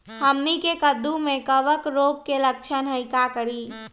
हमनी के कददु में कवक रोग के लक्षण हई का करी?